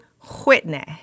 Whitney